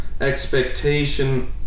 expectation